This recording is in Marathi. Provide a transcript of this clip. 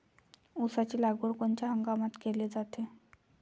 ऊसाची लागवड कोनच्या हंगामात केली जाते?